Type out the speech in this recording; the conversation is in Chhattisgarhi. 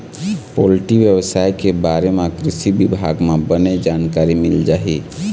पोल्टी बेवसाय के बारे म कृषि बिभाग म बने जानकारी मिल जाही